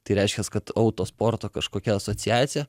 tai reiškias kad autosporto kažkokia asociacija